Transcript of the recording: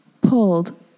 pulled